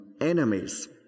enemies